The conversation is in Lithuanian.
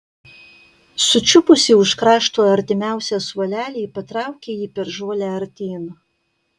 sučiupusi už krašto artimiausią suolelį patraukė jį per žolę artyn